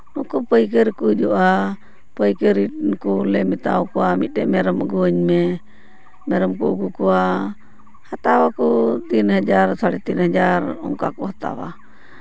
ᱩᱱᱠᱩ ᱯᱟᱹᱭᱠᱟᱹᱨᱤ ᱠᱚ ᱦᱤᱡᱩᱜᱼᱟ ᱯᱟᱹᱭᱠᱟᱹᱨᱤ ᱠᱚᱞᱮ ᱢᱮᱛᱟᱣ ᱠᱚᱣᱟ ᱢᱤᱫᱴᱮᱱ ᱢᱮᱨᱚᱢ ᱟᱹᱜᱩ ᱟᱹᱧ ᱢᱮ ᱢᱮᱨᱚᱢ ᱠᱚ ᱟᱹᱜᱩ ᱠᱚᱣᱟ ᱦᱟᱛᱟᱣ ᱟᱠᱚ ᱛᱤᱱ ᱦᱟᱡᱟᱨ ᱥᱟᱲᱮ ᱛᱤᱱ ᱦᱟᱡᱟᱨ ᱚᱱᱠᱟ ᱠᱚ ᱦᱟᱛᱟᱣᱟ